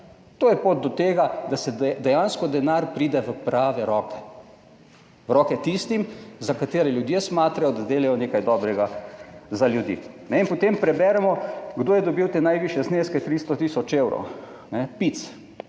To je pot do tega, da dejansko denar pride v prave roke, v roke tistim, za katere ljudje smatrajo, da delajo nekaj dobrega za ljudi. In potem preberemo, kdo je dobil te najvišje zneske, 300 tisoč evrov. PIC